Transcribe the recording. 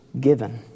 given